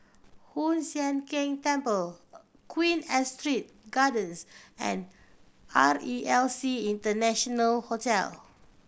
Hoon Sian Keng Temple Queen Astrid Gardens and R E L C International Hotel